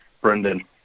Brendan